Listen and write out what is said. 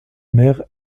mère